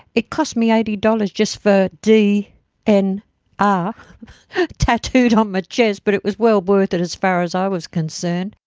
it cost me eighty dollars just for dnr and ah tattooed on my chest but it was well worth it as far as i was concerned.